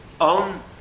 on